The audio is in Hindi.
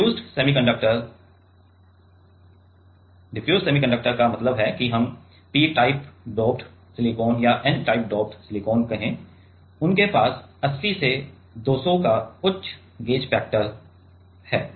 डिफ्यूज्ड सेमीकंडक्टर डिफ्यूज्ड सेमीकंडक्टर का मतलब है कि हम P टाइप डोप्ड सिलिकॉन या n टाइप डॉप्ड सिलिकॉन कहें उनके पास 80 से 200 का उच्च गेज फैक्टर है